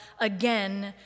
again